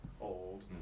old